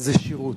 זה שירות.